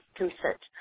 consent